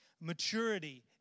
Maturity